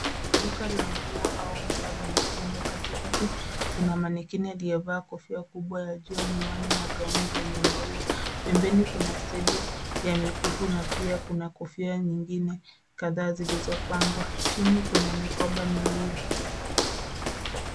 Duka la nguo au vifaa vya mitindo, katikati kuna manikini aliyevaa kofia kubwa ya jua, miwani na gauni lenye maua. Pembeni kuna stendi ya mikufu na pia kuna kofia nyingine kadhaa zilizopangwa. Chini kuna mikoba miwili.